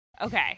Okay